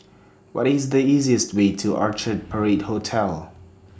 What IS The easiest Way to Orchard Parade Hotel